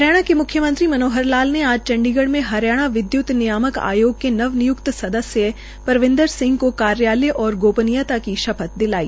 हरियाणा के मुख्यमंत्री मनोहर लाल ने आज चंडीगढ़ में हरियाणा विद्युत नियामक आयोग के नव निय्क्त सदस्य प्रविन्द्र सिंह को कार्यालय और गोपनीयता की शपथ दिलाई